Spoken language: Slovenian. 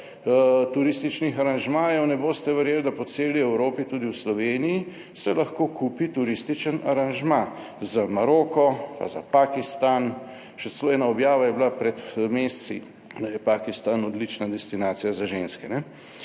turističnih aranžmajev, ne boste verjeli, da po celi Evropi, tudi v Sloveniji se lahko kupi turistični aranžma za Maroko pa za Pakistan. Še celo ena objava je bila pred meseci, da je Pakistan odlična destinacija za ženske,